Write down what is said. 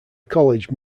college